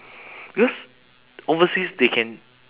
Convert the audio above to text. because overseas they can